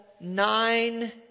Nine